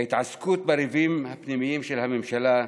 ההתעסקות בריבים הפנימיים של הממשלה,